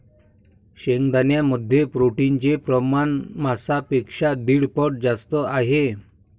शेंगदाण्यांमध्ये प्रोटीनचे प्रमाण मांसापेक्षा दीड पट जास्त आहे